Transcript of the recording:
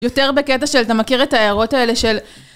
יותר בקטע שאתה מכיר את ההערות האלה של